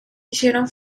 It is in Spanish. hicieron